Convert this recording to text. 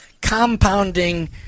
compounding